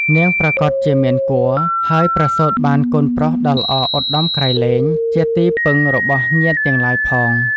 នាងប្រាកដជាមានគភ៌ ហើយប្រសូតបានកូនប្រុសដ៏ល្អឧត្តមក្រៃលែង ជាទីពឹងរបស់ញាតិទាំងឡាយផង។